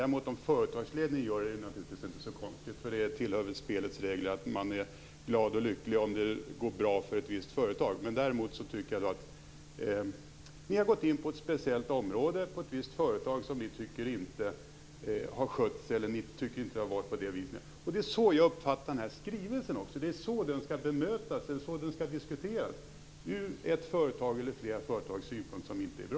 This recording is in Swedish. Om företagsledningen däremot gör det är det inte konstigt. Det tillhör väl spelets regler att man är glad och lycklig om det går bra för ett visst företag. Däremot har ni gått in på ett speciellt område, på ett visst företag som ni inte tycker har skött sig. Det är så jag uppfattar den här skrivelsen också. Det är så den skall bemötas och så den skall diskuteras, dvs. från ett företags eller flera företags synpunkter som inte är bra.